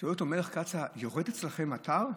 שואל אותו מלך קציא: יורד אצלכם מטר?